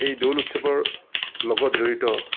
এই দৌল উৎসৱৰ লগত জড়িত